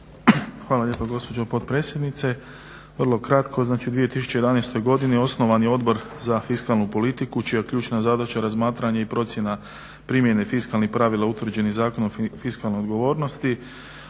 Hvala lijepo gospođo potpredsjednice. Vrlo kratko. Znači u 2011. je osnovan Odbor za fiskalnu politiku čija je ključna zadaća razmatranje i procjena primjene fiskalnih pravila utvrđenih Zakonom o fiskalnoj odgovornosti.